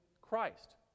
Christ